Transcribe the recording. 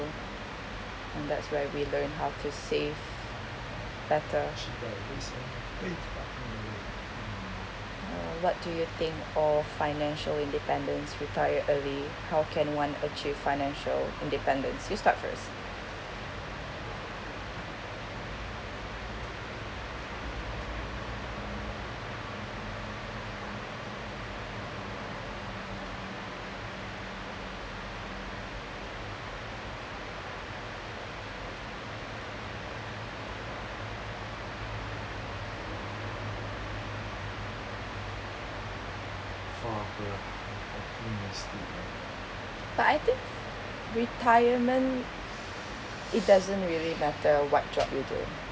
and that's why we learn how to save better uh what do you think of financial independence retire early how can one achieve financial independence you start first but I think retirement it doesn't really matter what job you do